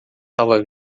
salva